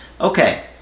Okay